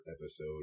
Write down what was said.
episode